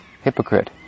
Hypocrite